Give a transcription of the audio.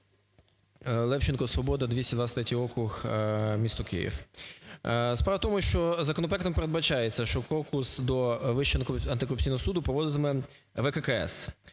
Левченко, "Свобода", 223 округ, місто Київ. Справа в тому, що законопроектом передбачається, що конкурс до Вищого антикорупційного суду проводитиме ВККС